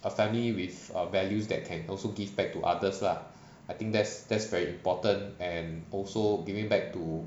a family with err values that can also give back to others lah I think that's that's very important and also giving back to